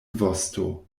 vosto